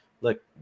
look